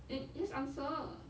and just answer